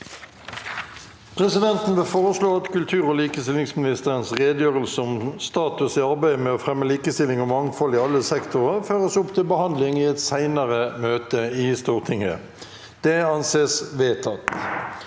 Presidenten vil foreslå at kultur- og likestillingsministerens redegjørelse om status i arbeidet med å fremme likestilling og mangfold i alle sektorer føres opp til behandling i et senere møte i Stortinget. – Det anses vedtatt.